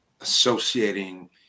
associating